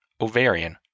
ovarian